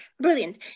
Brilliant